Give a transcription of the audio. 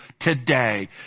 today